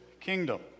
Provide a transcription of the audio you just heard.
kingdom